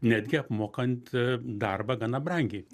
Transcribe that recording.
netgi apmokant darbą gana brangiai